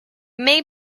may